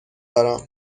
دارم